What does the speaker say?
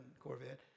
Corvette